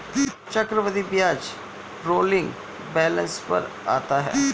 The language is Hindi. चक्रवृद्धि ब्याज रोलिंग बैलन्स पर आता है